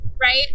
Right